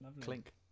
Clink